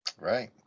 right